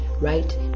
right